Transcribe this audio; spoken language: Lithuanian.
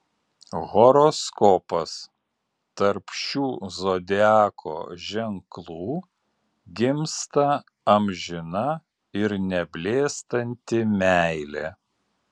horoskopas tarp šių zodiako ženklų gimsta amžina ir neblėstanti meilė